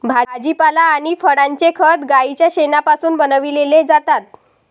भाजीपाला आणि फळांचे खत गाईच्या शेणापासून बनविलेले जातात